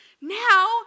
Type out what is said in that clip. Now